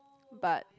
but